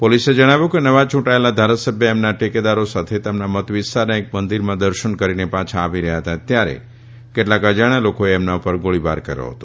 પોલીસે જણાવ્યું કે નવા ચુંટાયેલા ધારાસભ્ય તેમના ટેકેદારો સાથે તેમના મત વિસ્તારના એક મંદિરમાં દર્શન કરીને પાછા આવી રહયાં હતા ત્યારે કેટલાક અજાણ્યા લોકોએ તેમના પર ગોળીબાર કર્યો હતો